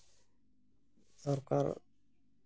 ᱥᱚᱨᱠᱟᱨ